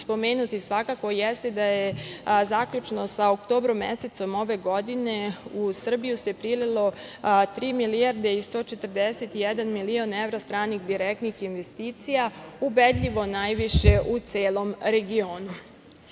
spomenuti svakako jeste da je zaključno sa oktobrom mesecom ove godine u Srbiju se prililo tri milijarde i 141 milion evra stranih direktnih investicija, ubedljivo najviše u celom regionu. Ovo